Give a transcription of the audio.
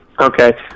Okay